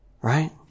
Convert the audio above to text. Right